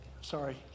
sorry